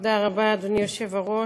תודה רבה, אדוני היושב-ראש.